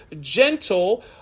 gentle